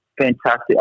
Fantastic